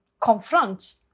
confront